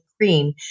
cream